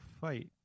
fight